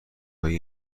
های